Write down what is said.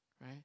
Right